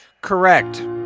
Correct